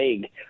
big